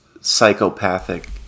psychopathic